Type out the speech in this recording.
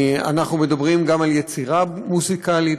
אנחנו מדברים גם על יצירה מוזיקלית,